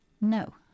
No